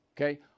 okay